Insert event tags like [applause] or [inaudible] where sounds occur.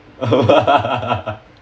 [laughs]